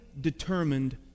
determined